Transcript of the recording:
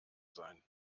sein